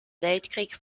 weltkrieg